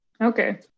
okay